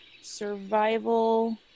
Survival